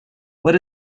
what